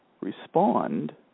respond